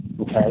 okay